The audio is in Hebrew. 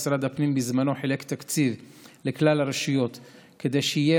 משרד הפנים בזמנו חילק תקציב לכלל הרשויות כדי שיהיו